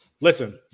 Listen